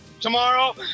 tomorrow